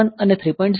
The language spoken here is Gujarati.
1 અને 3